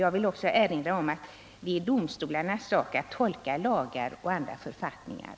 Jag vill också erinra om att det är domstolarnas sak att tolka lagar och andra författningar.